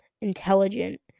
intelligent